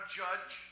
judge